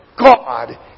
God